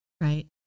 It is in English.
right